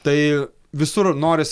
tai visur norisi